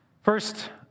First